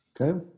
Okay